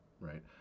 right